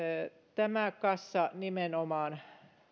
tämä kassa nimenomaan